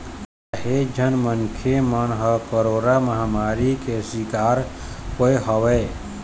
काहेच झन मनखे मन ह कोरोरा महामारी के सिकार होय हवय